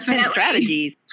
strategies